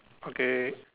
okay